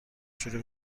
شروع